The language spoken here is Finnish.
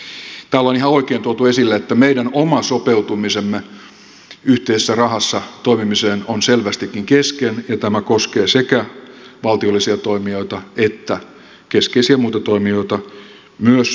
täällä on ihan oikein tuotu esille että meidän oma sopeutumisemme yhteisessä rahassa toimimiseen on selvästikin kesken ja tämä koskee sekä valtiollisia toimijoita että keskeisiä muita toimijoita myös työmarkkinoiden osalta